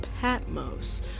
Patmos